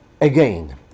again